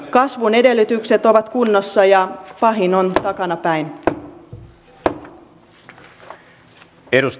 kasvun edellytykset ovat kunnossa ja pahin on takanapäin